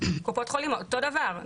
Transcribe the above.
קופות חולים, אותו דבר.